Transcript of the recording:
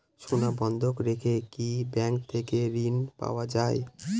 সোনা বন্ধক রেখে কি ব্যাংক থেকে ঋণ পাওয়া য়ায়?